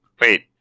wait